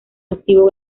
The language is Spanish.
activo